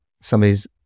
somebody's